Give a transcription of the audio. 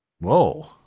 whoa